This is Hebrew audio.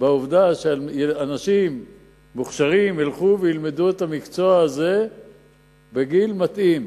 בעובדה שאנשים מוכשרים ילכו וילמדו את המקצוע הזה בגיל מתאים,